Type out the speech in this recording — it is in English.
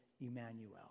Emmanuel